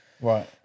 Right